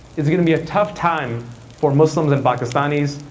it's going to be a tough time for muslims and pakistanis.